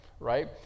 Right